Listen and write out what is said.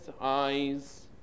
eyes